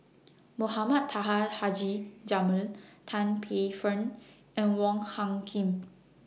Mohamed Taha Haji Jamil Tan Paey Fern and Wong Hung Khim